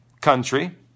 country